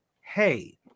hey